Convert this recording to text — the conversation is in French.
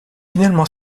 finalement